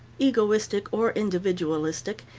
egoistic or individualistic,